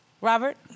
Robert